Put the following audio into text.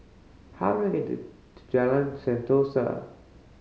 how do I get to Jalan Sentosa